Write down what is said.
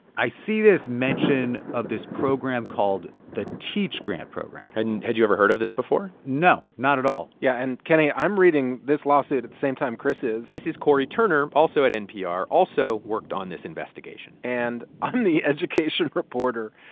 i see this mention of this program called the teach grant program and had you ever heard of this before? no, not at all yeah. and, kenny, i'm reading this lawsuit at the same time chris is this is cory turner, also at npr, also worked on this investigation and i'm the education reporter.